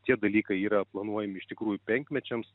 tie dalykai yra planuojami iš tikrųjų penkmečiams